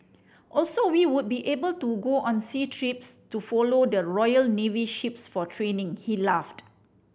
also we would be able to go on sea trips to follow the Royal Navy ships for training he laughed